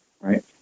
right